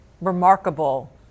remarkable